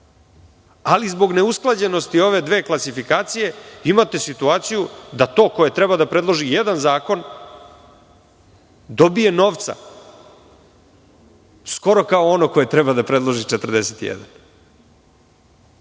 ali zbog neusklađenosti ove dve klasifikacije imate situaciju da to koje treba da predloži jedan zakon, dobije novca skoro kao ono koje treba da predloži 41.To